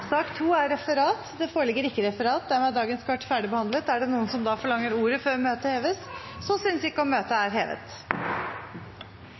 Det foreligger ikke noe referat. Dermed er dagens kart ferdigbehandlet. Forlanger noen ordet før møtet heves? – Så synes ikke, og møtet